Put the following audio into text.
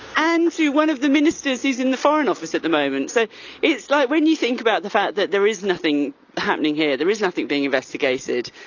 and one of the ministers is in the foreign office at the moment. so it's like when you think about the fact that there is nothing happening here, there is nothing being investigated.